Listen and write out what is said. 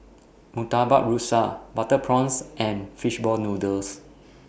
Murtabak Rusa Butter Prawns and Fish Ball Noodles